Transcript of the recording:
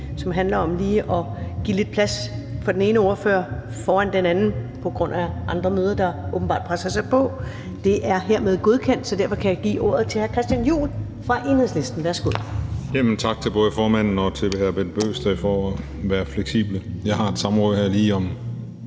som handler om lige at give lidt plads til den ene ordfører foran den anden på grund af andre møder, der åbenbart presser sig på. Det er hermed godkendt. Så derfor kan jeg give ordet til hr. Christian Juhl fra Enhedslisten. Værsgo. Kl. 13:54 (Ordfører) Christian Juhl (EL): Tak til både formanden og til hr. Bent Bøgsted for at være fleksible. Jeg har et samråd her lige om